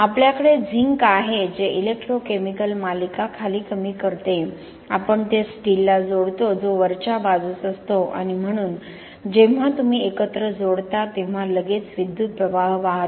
आपल्याकडे झिंक आहे जे इलेक्ट्रोकेमिकल मालिका खाली कमी करते आपण ते स्टीलला जोडतो जो वरच्या बाजूस असतो आणि म्हणून जेव्हा तुम्ही एकत्र जोडता तेव्हा लगेच विद्युत प्रवाह वाहतो